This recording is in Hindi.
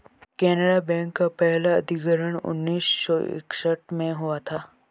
केनरा बैंक का पहला अधिग्रहण उन्नीस सौ इकसठ में हुआ था